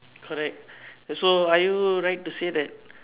correct so are you right to say that